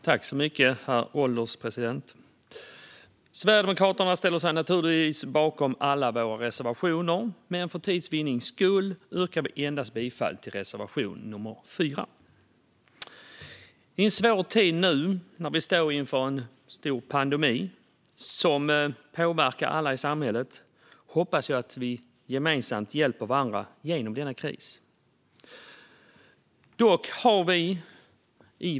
Herr ålderspresident! Vi sverigedemokrater ställer oss naturligtvis bakom alla våra reservationer, men för tids vinnande yrkar jag bifall endast till reservation nr 4. I en svår tid, när vi nu står inför en stor pandemi som påverkar alla i samhället, hoppas jag att vi gemensamt hjälper varandra igenom denna kris.